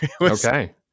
Okay